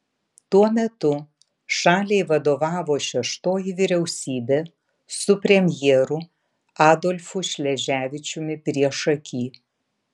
tuo metu šaliai vadovavo šeštoji vyriausybė su premjeru adolfu šleževičiumi priešaky